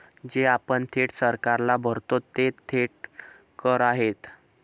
जे आपण थेट सरकारला भरतो ते थेट कर आहेत